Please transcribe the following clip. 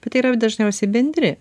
bet tai yra dažniausiai bendri